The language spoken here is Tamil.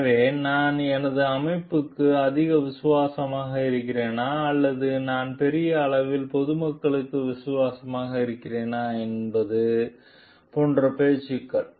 எனவேநான் எனது அமைப்புக்கு அதிக விசுவாசமாக இருக்கிறேனா அல்லது நான் பெரிய அளவில் பொதுமக்களுக்கு விசுவாசமாக இருக்கிறேனா என்பது போன்ற பேச்சுக்கள்